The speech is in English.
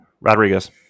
Rodriguez